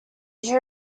you